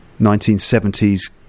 1970s